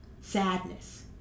Sadness